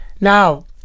Now